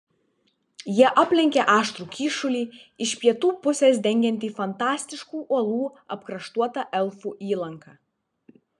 jie aplenkė aštrų kyšulį iš pietų pusės dengiantį fantastiškų uolų apkraštuotą elfų įlanką